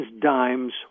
dimes